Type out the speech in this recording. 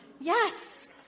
Yes